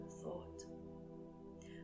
thought